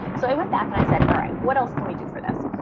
so i went back and i said, all right, what else can we do for this?